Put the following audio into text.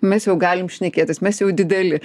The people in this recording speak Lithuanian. mes jau galim šnekėtis mes jau dideli